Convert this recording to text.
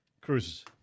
Cruises